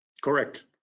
Correct